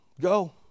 go